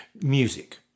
music